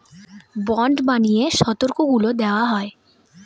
bond বানিয়ে শর্তগুলা দেওয়া হয়